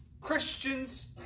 Christians